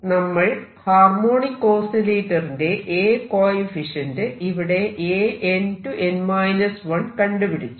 നമ്മൾ ഹാർമോണിക് ഓസിലേറ്ററിന്റെ A coefficient ഇവിടെ An→n 1 കണ്ടുപിടിച്ചു